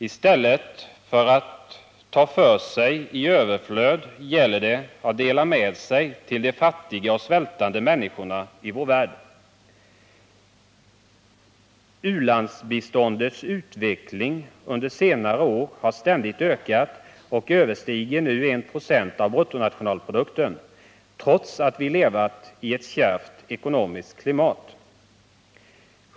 I stället för att ta för sig i överflöd gäller det att dela med sig till de fattiga och svältande människorna i vår värld. U-landsbiståndets omfattning under senare år har ständigt ökat och överstiger nu 1 96 av BNP, trots att vi levt i ett kärvt ekonomiskt klimat.